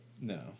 No